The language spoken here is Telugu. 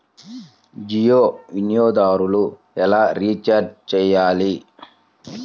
జియో వినియోగదారులు ఎలా రీఛార్జ్ చేయాలి?